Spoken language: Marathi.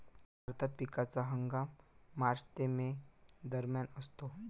भारतात पिकाचा हंगाम मार्च ते मे दरम्यान असतो